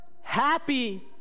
Happy